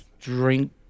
drink